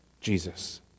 Jesus